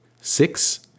Six